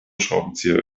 schraubenzieher